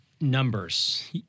Numbers